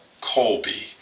Colby